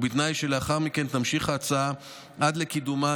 ובתנאי שלאחר מכן תמשיך ההצעה עד לקידומה